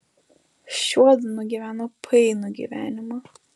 šiuodu nugyveno painų gyvenimą